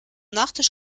nachtisch